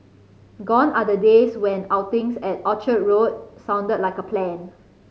gone are the days when outings at Orchard Road sounded like a plan